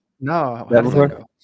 No